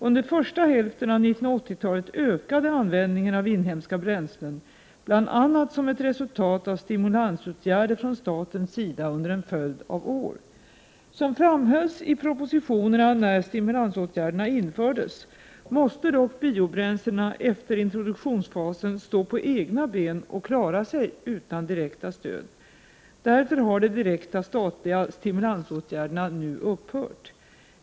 Under första hälften av 1980-talet ökade användningen av inhemska bränslen, bl.a. som ett resultat av stimulansåtgärder från statens sida under en följd av år. Som framhölls i propositionerna när stimulansåtgärderna infördes måste dock biobränslena efter introduktionsfasen stå på egna ben och klara sig utan direkta stöd. Därför har de direkta statliga stimulansåtgärderna nu upphört.